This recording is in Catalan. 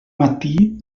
matí